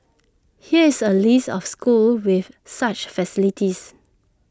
here's A list of schools with such facilities